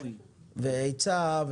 בהיצע,